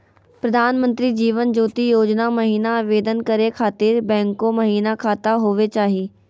प्रधानमंत्री जीवन ज्योति योजना महिना आवेदन करै खातिर बैंको महिना खाता होवे चाही?